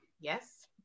Yes